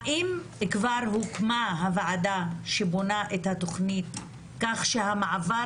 האם כבר הוקמה הוועדה שבונה את התוכנית כך שהמעבר